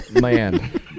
Man